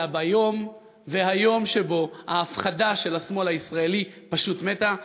אלא כיום שבו ההפחדה של השמאל הישראלי פשוט מתה.